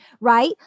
right